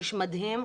איש מדהים,